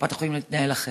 לקופת החולים להתנהל אחרת?